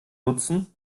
nutzen